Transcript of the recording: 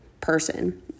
person